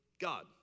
God